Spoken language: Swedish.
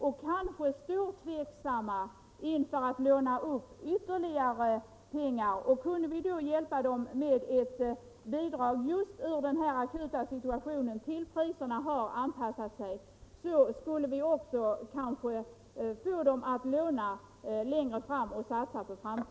De kanske därför ställer sig tveksamma till att nu låna upp ytterligare pengar. Kan vi då hjälpa dem med ett bidrag i denna akuta situation tills priserna har hunnit anpassas, kanske de vill låna pengar längre fram och satsa på framtiden.